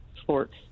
sports